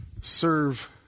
serve